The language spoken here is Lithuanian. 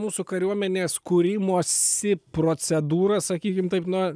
mūsų kariuomenės kūrimosi procedūrą sakykim taip nuo